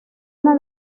una